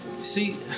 See